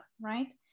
right